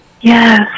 Yes